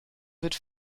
wird